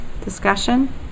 Discussion